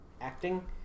acting